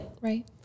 Right